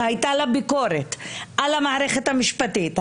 שהייתה לה ביקורת על המערכת המשפטית,